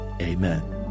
Amen